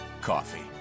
coffee